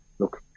look